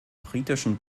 britischen